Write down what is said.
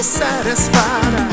satisfied